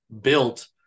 built